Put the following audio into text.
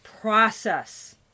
process